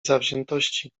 zawziętości